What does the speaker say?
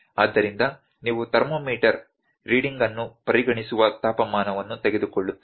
ಆದ್ದರಿಂದ ನೀವು thermometer reading ಅನ್ನು ಪರಿಗಣಿಸುವ ತಾಪಮಾನವನ್ನು ತೆಗೆದುಕೊಳ್ಳುತ್ತೇನೆ